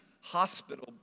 hospital